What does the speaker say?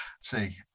See